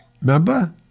remember